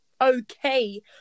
okay